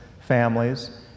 families